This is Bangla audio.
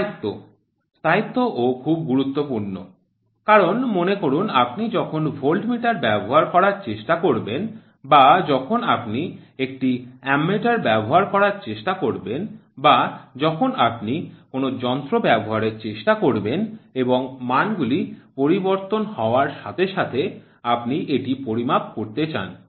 স্থায়িত্ব স্থায়িত্ব ও খুব গুরুত্বপূর্ণ কারণ মনে করুন আপনি যখন ভোল্টমিটার ব্যবহার করার চেষ্টা করবেন বা যখন আপনি একটি অ্যামিটার ব্যবহার করার চেষ্টা করবেন বা যখন আপনি কোনও যন্ত্র ব্যবহারের চেষ্টা করবেন এবং মানগুলি পরিবর্তন হওয়ার সাথে সাথে আপনি এটি পরিমাপ করতে চান